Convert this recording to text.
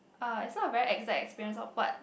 uh it's not a very exact experience of what